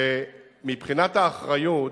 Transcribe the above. ומבחינת האחריות,